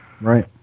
right